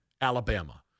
Alabama